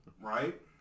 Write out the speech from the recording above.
Right